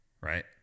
right